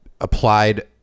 applied